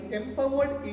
empowered